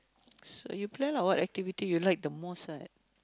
so you plan lah what activity you like the most lah